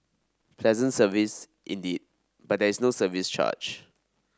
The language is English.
pleasant service indeed but there is no service charge